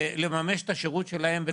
לממש את השירות שלהם.